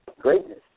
greatness